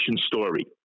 story